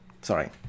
Sorry